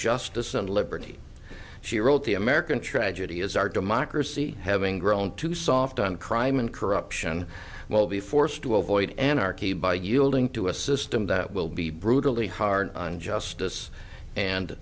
justice and liberty she wrote the american tragedy is our democracy having grown too soft on crime and corruption will be forced to avoid anarchy by yielding to a system that will be brutally hard on justice and